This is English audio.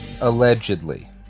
Allegedly